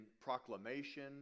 proclamation